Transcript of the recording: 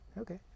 Okay